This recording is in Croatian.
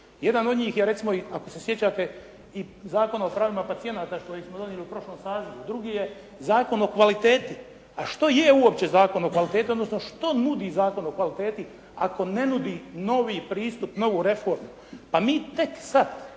Jedan od njih je recimo i ako se sjećate i Zakon o pravima pacijenata koji smo donijeli u prošlom sazivu, drugi je Zakon o kvaliteti, a što je uopće Zakon o kvaliteti, odnosno što nudi Zakon o kvaliteti ako ne nudi novi pristup, novu reformu. Pa mi tek sada